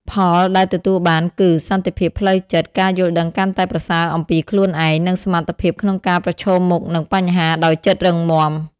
ផលដែលទទួលបានគឺ សន្តិភាពផ្លូវចិត្ត ការយល់ដឹងកាន់តែប្រសើរអំពីខ្លួនឯង និងសមត្ថភាពក្នុងការប្រឈមមុខនឹងបញ្ហាដោយចិត្តរឹងមាំ។